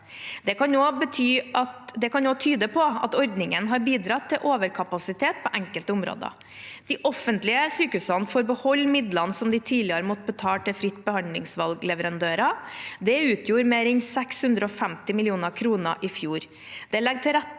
Det kan også tyde på at ordningen har bidratt til overkapasitet på enkelte områder. De offentlige sykehusene får beholde midlene som de tidligere måtte betale til fritt behandlingsvalgleverandører. Det utgjorde mer enn 650 mill. kr i fjor.